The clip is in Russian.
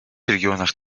регионах